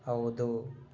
ಹೌದು